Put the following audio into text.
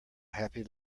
happy